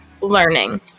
learning